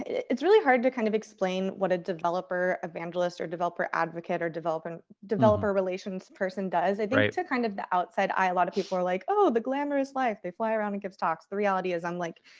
it's really hard to kind of explain what a developer evangelist or developer advocate or developer and developer relations person does. i think to kind of the outside eye, a lot of people are like, oh, the glamorous life. they fly around and give talks. the reality is, i'm like,